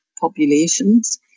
populations